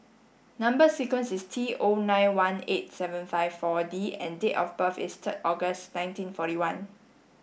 number sequence is T O nine one eight seven five four D and date of birth is third August nineteen forty one